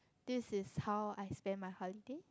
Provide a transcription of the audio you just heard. this is how I spent my holiday